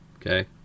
Okay